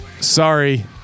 Sorry